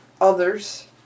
others